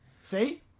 See